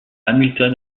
hamilton